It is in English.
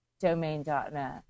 Domain.net